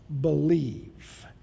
believe